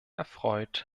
erfreut